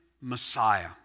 Messiah